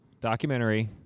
Documentary